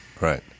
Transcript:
Right